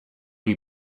you